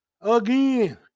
Again